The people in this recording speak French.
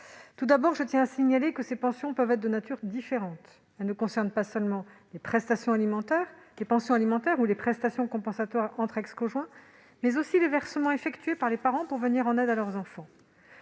tiens d'abord à signaler que ces pensions peuvent être de nature différente. Elles ne concernent pas seulement les prestations alimentaires, les pensions alimentaires, ou les prestations compensatoires entre ex-conjoints, mais aussi les versements effectués par les parents pour venir en aide à leurs enfants.